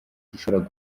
gishobora